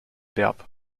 verb